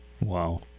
Wow